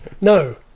No